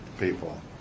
people